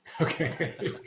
Okay